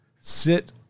sit